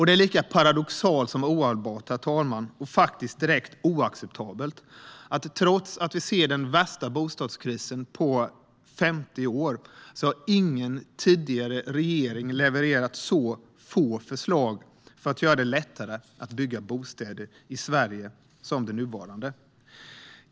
Det är lika paradoxalt som ohållbart, och faktiskt direkt oacceptabelt, att ingen tidigare regering har levererat så få förslag som den nuvarande för att göra det lättare att bygga bostäder i Sverige, trots att vi ser den värsta bostadskrisen på 50 år.